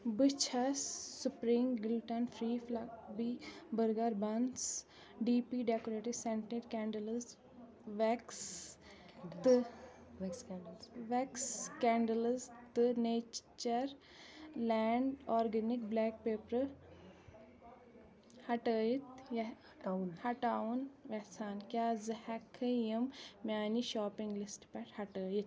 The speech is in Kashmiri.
بہٕ چھیٚس spring gluten free B burger buns D P decorative center candles wax تہٕ ویٚکٕس کیٚنٛڈٕلٕز تہٕ nature land organic black pepper ہٹایِتھ ہَٹاوُن یژھان کیٛاہ زٕ ہیٚکہِ کھا یِم میٛانہِ شاپنٛگ لسٹ پٮ۪ٹھ ہٹٲیِتھ